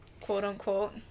quote-unquote